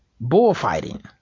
bullfighting